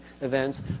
events